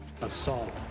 Assault